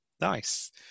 nice